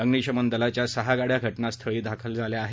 अग्निशमन दलाच्या सहा गाड्या घटनास्थळी दाखल झाल्या आहेत